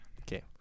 okay